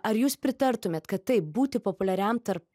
ar jūs pritartumėt kad taip būti populiariam tarp